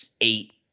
eight